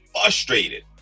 frustrated